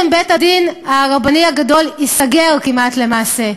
בעצם בית-הדין הרבני הגדול ייסגר כמעט, למעשה.